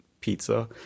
pizza